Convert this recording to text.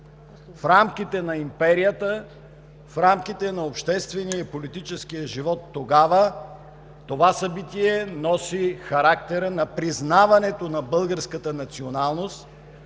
В рамките на империята, в рамките на обществения и политическия живот тогава това събитие носи характера на признаването на българската националност